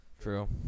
True